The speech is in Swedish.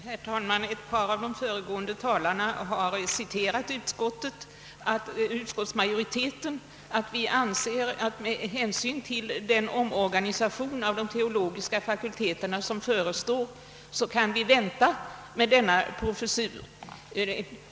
Herr talman! Ett par av de föregående talare har citerat utskottets majoritet som anser att med hänsyn till den omorganisation som förestår av de teologiska fakulteterna kan vi vänta med denna professur.